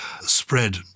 spread